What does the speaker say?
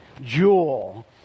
jewel